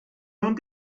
nun